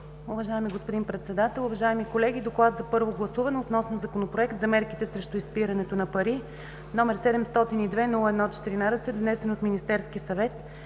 Уважаеми господин Председател, уважаеми колеги! „ДОКЛАД за първо гласуване относно Законопроект за мерките срещу изпирането на пари, № 702-01-14, внесен от Министерския съвет